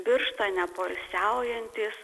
birštone poilsiaujantys